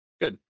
Good